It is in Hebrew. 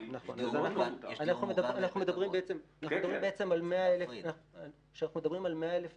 --- כשאנחנו מדברים בעצם על 100,000 דיירים,